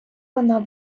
вона